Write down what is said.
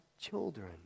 children